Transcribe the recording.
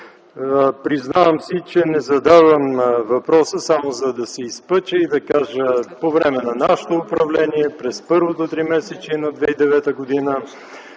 Признавам си, че не задавам въпроса само, за да се изпъча и да кажа: по време на нашето управление през първото тримесечие на 2009 г.